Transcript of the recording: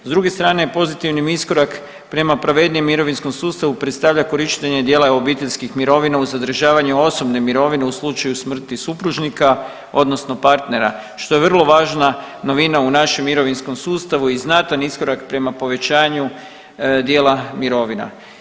S druge strane pozitivni iskorak prema pravednijem mirovinskom sustavu predstavlja korištenje dijela obiteljskih mirovina uz zadržavanje osobne mirovine u slučaju smrti supružnika odnosno partnera što je vrlo važna novina u našem mirovinskom sustavu i znatan iskorak prema povećanju dijela mirovina.